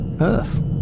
Earth